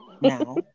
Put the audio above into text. Now